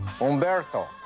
Umberto